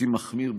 לעתים מחמיר,